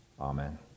Amen